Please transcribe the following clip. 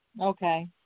Okay